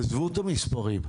עזבו את המספרים.